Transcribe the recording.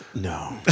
No